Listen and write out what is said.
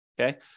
Okay